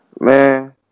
Man